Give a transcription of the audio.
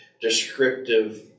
descriptive